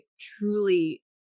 truly